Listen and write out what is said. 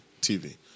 TV